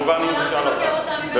אתמול הלכתי לבקר אותם, לעשות אלימות שם.